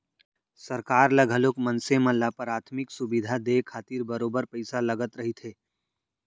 सरकार ल घलोक मनसे मन ल पराथमिक सुबिधा देय खातिर बरोबर पइसा लगत रहिथे